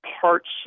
parts